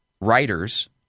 writers